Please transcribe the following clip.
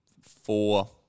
four